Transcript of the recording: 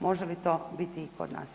Može li to biti i kod nas?